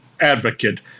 advocate